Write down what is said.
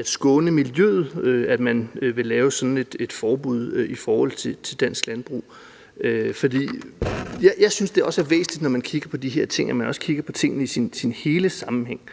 at skåne miljøet, at man vil lave sådan et forbud i forhold til dansk landbrug. Jeg synes, det er væsentligt, når man kigger på de her ting, at man også kigger på hele sammenhængen.